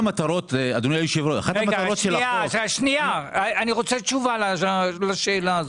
אני רוצה תשובה לשאלה הזאת.